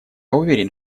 уверен